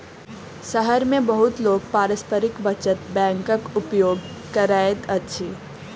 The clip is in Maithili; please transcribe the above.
शहर मे बहुत लोक पारस्परिक बचत बैंकक उपयोग करैत अछि